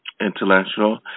intellectual